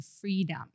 freedom